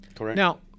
Now